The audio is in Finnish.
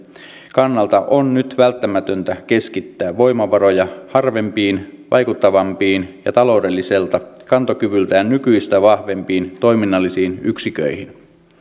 kannalta on nyt välttämätöntä keskittää voimavaroja harvempiin vaikuttavampiin ja taloudelliselta kantokyvyltään nykyistä vahvempiin toiminnallisiin yksiköihin